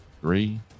three